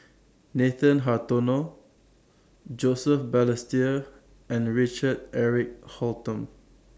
Nathan Hartono Joseph Balestier and Richard Eric Holttum